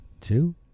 Two